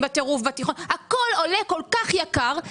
בבקשה.